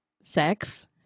sex